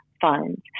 funds